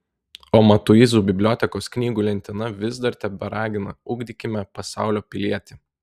o matuizų bibliotekos knygų lentyna vis dar teberagina ugdykime pasaulio pilietį